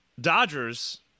dodgers